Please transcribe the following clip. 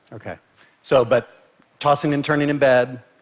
ok, so but tossing and turning in bed,